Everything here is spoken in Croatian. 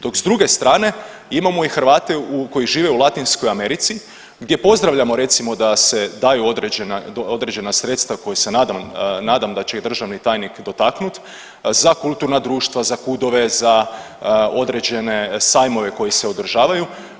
Dok s druge strane imamo i Hrvate u, koji žive u Latinskoj Americi gdje pozdravljamo recimo da se daju određena, određena sredstva koje se nadam, nadam da će i državni tajnik dotaknut za kulturna društva, za KUD-ove, za određene sajmove koji se održavaju.